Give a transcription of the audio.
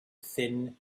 thin